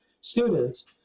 students